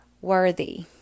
worthy